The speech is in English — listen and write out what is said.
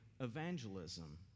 evangelism